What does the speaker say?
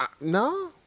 No